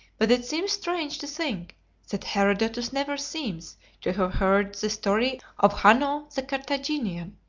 but it seems strange to think that herodotus never seems to have heard the story of hanno the carthaginian,